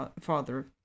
father